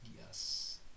yes